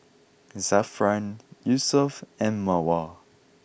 Zafran Yusuf and Mawar